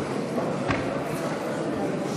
(חברי הכנסת מכבדים בקימה את